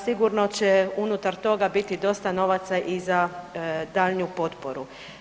Sigurno će unutar toga biti dosta novaca i za daljnju potporu.